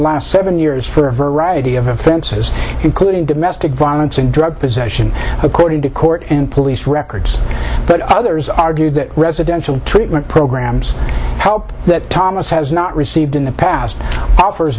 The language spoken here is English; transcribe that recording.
last seven years for a variety of offenses including domestic violence and drug possession according to court and police records but others argue that residential treatment programs help that thomas has not received in the past